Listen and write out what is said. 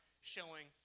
showing